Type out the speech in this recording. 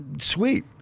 sweet